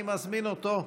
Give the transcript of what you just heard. תודה.